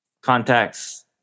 contacts